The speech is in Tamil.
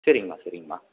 சரிங்கம்மா சரிங்கம்மா